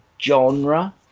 genre